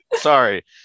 sorry